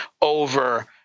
over